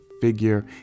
figure